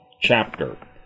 chapter